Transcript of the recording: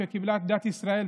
שקיבלה את דת ישראל,